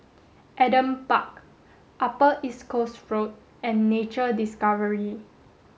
Adam Park Upper East Coast Road and Nature Discovery